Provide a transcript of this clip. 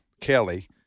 Kelly